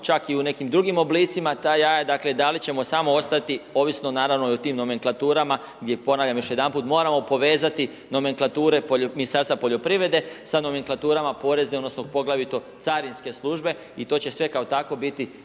čak i u nekim drugim oblicima ta jaja. Dakle, da li ćemo samo ostati, ovisno naravno i o tim nomenklaturama gdje, ponavljam još jedanput, moramo povezati nomenklature Ministarstva poljoprivrede sa nomenklaturama porezne odnosno poglavito carinske službe i to će sve kao takvo biti